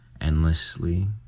endlessly